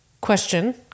Question